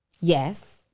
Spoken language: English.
Yes